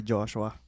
Joshua